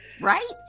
right